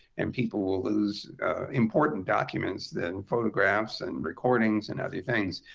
and people will lose important documents, then photographs, and recordings, and other things.